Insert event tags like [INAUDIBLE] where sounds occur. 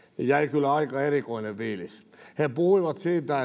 jäi kyllä aika erikoinen fiilis he puhuivat siitä [UNINTELLIGIBLE]